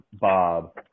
Bob